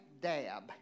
dab